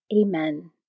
Amen